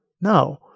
No